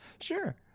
Sure